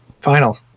final